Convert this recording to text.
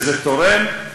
וזה תורם,